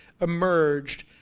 emerged